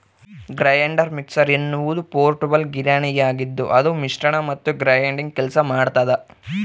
grinder mixer ಎನ್ನುವುದು portable ಗಿರಣಿಯಾಗಿದ್ದುಅದು ಮಿಶ್ರಣ ಮತ್ತು ಗ್ರೈಂಡಿಂಗ್ ಕೆಲಸ ಮಾಡ್ತದ